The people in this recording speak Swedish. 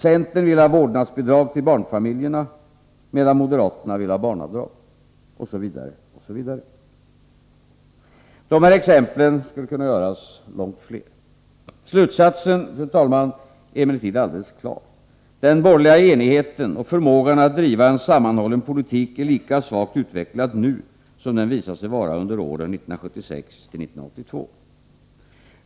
Centern vill ha vårdnadsbidrag till barnfamiljerna, medan moderaterna vill ha barnavdrag. Osv. osv. Exemplen skulle kunna göras långt fler. Slutsatsen, fru talman, är emellertid alldeles klar. Den borgerliga enigheten och förmågan att driva en sammanhållen politik är lika svagt utvecklad nu som den visade sig vara under åren 1976-1982.